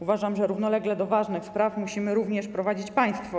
Uważam, że równolegle do ważnych spraw musimy również prowadzić państwo.